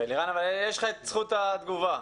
לירן, יש לך את זכות התגובה.